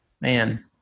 man